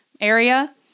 area